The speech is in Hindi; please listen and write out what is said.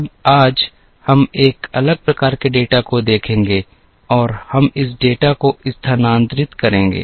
अब आज हम एक अलग प्रकार के डेटा को देखेंगे और हम इस डेटा को स्थानांतरित करेंगे